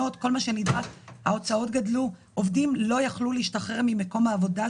שזה כל ההוצאות של יועצים למכרזים,